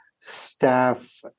staff